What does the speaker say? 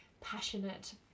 passionate